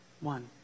one